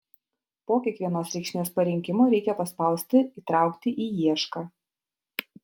po kiekvienos reikšmės parinkimo reikia paspausti įtraukti į iešką